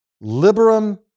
liberum